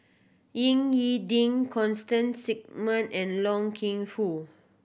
Ying E Ding Constance Singam and Loy King Foo